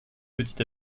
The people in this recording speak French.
petit